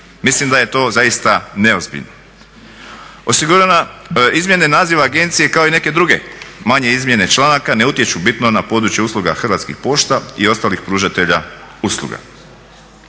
Mislim da je to zaista neozbiljno. Izmjena naziva agencije kao i neke druge manje izmjene članaka ne utječu bitno na područje usluga Hrvatskih pošta i ostalih pružatelja usluga.